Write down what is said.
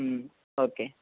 okay